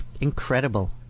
Incredible